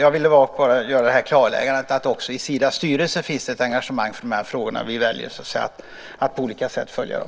Jag ville bara göra klarläggandet att det också i Sidas styrelse finns ett engagemang för de här frågorna. Vi väljer att på olika sätt följa dem.